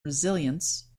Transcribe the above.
resilience